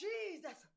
Jesus